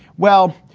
well,